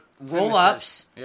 roll-ups